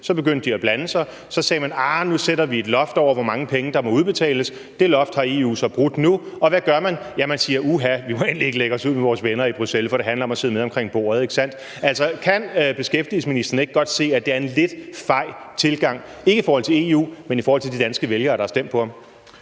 så begyndte de at blande sig, og så sagde man: Nu sætter vi et loft over, hvor mange penge der må udbetales. Det loft har EU så brudt nu, og hvad gør man? Ja, man siger: Uha, vi må endelig ikke lægge os ud med vores venner i Bruxelles, for det handler om at sidde med omkring bordet, ikke sandt? Altså, kan beskæftigelsesministeren ikke godt se, at det er en lidt fej tilgang, ikke i forhold til EU, men i forhold til de danske vælgere, der har stemt på ham?